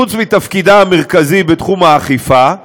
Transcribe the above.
חוץ מתפקידה המרכזי בתחום האכיפה,